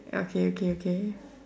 ya okay okay okay